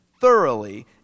thoroughly